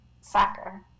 Soccer